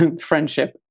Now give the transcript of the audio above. friendship